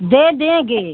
दे देंगे